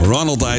...Ronald